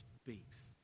speaks